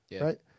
right